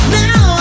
now